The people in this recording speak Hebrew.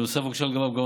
בנוסף, הוגשה גם עתירה.